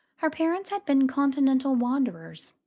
her parents had been continental wanderers,